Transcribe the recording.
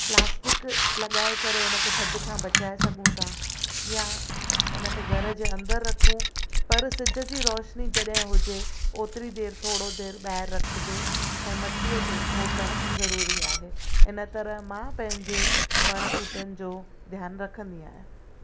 plastic लगाए करे उनखे थदि खां बचाए सघू था य उनखे घर जे अंदरि रखू पर सिॼ जी रोशनी जॾहिं हुजे ओतिरी देरि थोरो देरि ॿाहिरि रखजे ऐं मट्टीअ खे खोटण ज़रूरी आहे इन तरह मां पंहिंजे वण बूटन जो ध्यानु रखंदी आहियां